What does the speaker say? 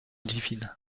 divine